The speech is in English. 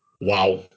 wow